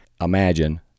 imagine